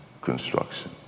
construction